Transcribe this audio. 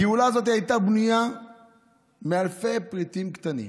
הגאולה הזאת הייתה בנויה מאלפי פריטים קטנים: